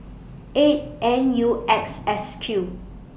eight N U X S Q